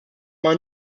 man